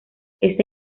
este